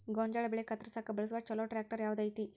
ಗೋಂಜಾಳ ಬೆಳೆ ಕತ್ರಸಾಕ್ ಬಳಸುವ ಛಲೋ ಟ್ರ್ಯಾಕ್ಟರ್ ಯಾವ್ದ್ ಐತಿ?